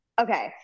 Okay